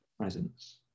presence